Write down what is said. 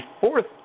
fourth